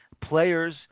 players